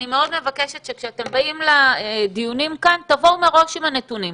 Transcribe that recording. אני מאוד מבקשת שכשאתם באים לדיונים כאן תבואו מראש עם הנתונים.